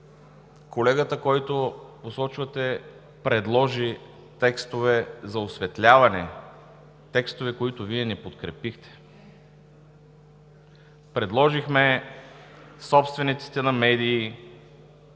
колегата, когото посочвате, предложи текстове за осветляване, текстове, които Вие не подкрепихте. Предложихме собствениците на медии